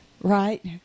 right